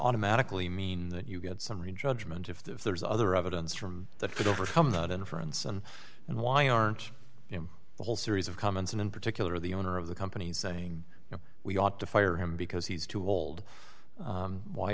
automatically mean that you get summary judgment if there's other evidence from that could overcome that inference and and why aren't you know the whole series of comments and in particular the owner of the company saying no we ought to fire him because he's too old